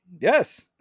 Yes